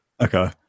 Okay